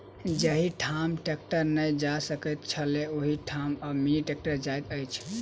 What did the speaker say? जाहि ठाम ट्रेक्टर नै जा सकैत छलै, ओहि ठाम आब मिनी ट्रेक्टर जाइत अछि